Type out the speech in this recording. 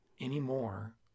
anymore